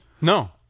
No